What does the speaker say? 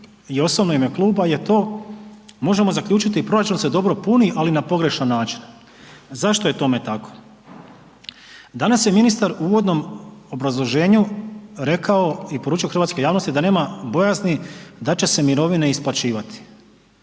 i osobno i u ime kluba je to, možemo zaključiti proračun se dobro puni ali na pogrešan način. Zašto je tome tako? Danas je ministar u uvodnom obrazloženju rekao i poručio hrvatskoj javnosti da nema bojazni da će se mirovine isplaćivati.